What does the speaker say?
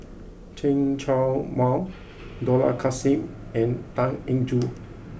Chen Show Mao Dollah Kassim and Tan Eng Joo